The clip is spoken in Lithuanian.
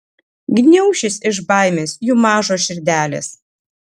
gniaušis iš baimės jų mažos širdelės